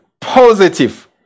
positive